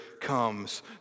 comes